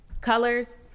Colors